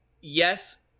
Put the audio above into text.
yes